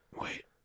wait